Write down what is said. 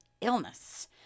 illness